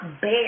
bear